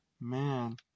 Man